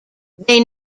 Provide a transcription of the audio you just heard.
they